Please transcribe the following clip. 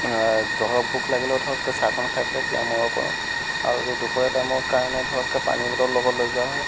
ধৰক ভোক লাগিলেও ধৰক চাহকণ খাই পেলাই পিয়াহ মৰাব পাৰোঁ আৰু দুুপৰীয়াৰ টাইমৰ কাৰণে ধৰক পানী বটল লগত লৈ যোৱা হয়